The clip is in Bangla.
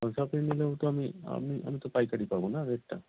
নিলেও তো আমি আমি আমি তো পাইকারি পাব না রেটটা